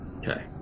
Okay